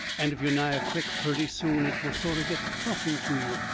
and if you are nigh a crick, purty soon it will sort of get to talking to you,